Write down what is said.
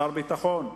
שר הביטחון,